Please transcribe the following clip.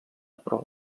però